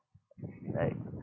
like